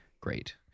Great